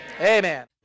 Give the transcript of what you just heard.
amen